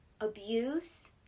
Abuse